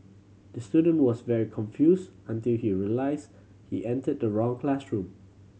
the student was very confuse until he realise he enter the wrong classroom